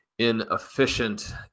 inefficient